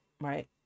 right